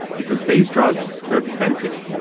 because these drugs are expensive.